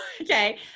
Okay